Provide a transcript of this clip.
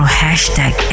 hashtag